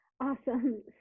Awesome